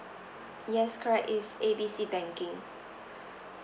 yes correct it's A B C banking